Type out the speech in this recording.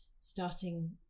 starting